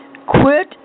Quit